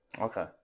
Okay